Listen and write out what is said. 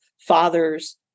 fathers